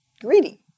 greedy